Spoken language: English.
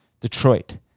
Detroit